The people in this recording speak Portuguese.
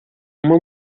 uma